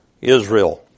Israel